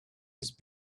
ist